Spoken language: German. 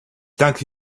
danke